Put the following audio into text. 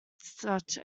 such